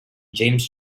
james